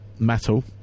metal